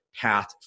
path